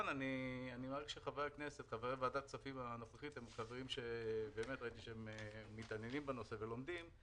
ראיתי שחברי ועדת הכספים הנוכחיים מתעניינים בנושא ולומדים.